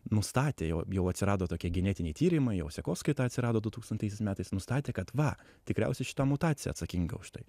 nustatė jau jau atsirado tokie genetiniai tyrimai jau sekoskaita atsirado du tūkstantaisiais metais nustatė kad va tikriausiai šita mutacija atsakinga už tai